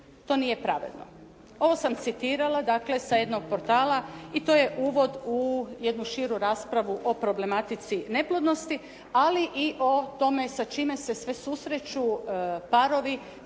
To nije pravedno.". Ovo sam citirala dakle sa jednog portala i to je uvod u jednu širu raspravu o problematici neplodnosti ali i o tome sa čime se sve susreću parovi